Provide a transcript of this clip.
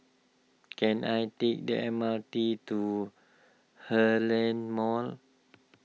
can I take the M R T to Heartland Mall